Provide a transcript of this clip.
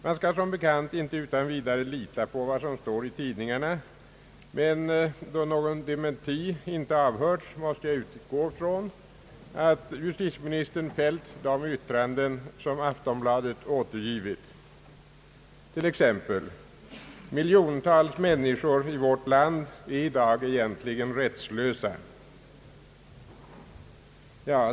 Man skall som bekant inte utan vidare lita på vad som står i tidningarna, men då någon dementi inte avhörts måste jag utgå från att justitieministern fällt de yttranden som Aftonbladet har återgivit, t.ex. att miljontals människor i vårt land i dag egentligen är rättslösa.